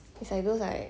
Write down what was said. it's like those like